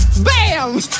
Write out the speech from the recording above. bam